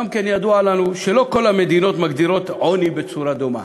גם כן ידוע לנו שלא כל המדינות מגדירות עוני בצורה דומה.